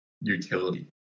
utility